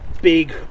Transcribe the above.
big